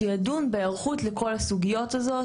שידון בהיערכות לכל הסוגיות האלו.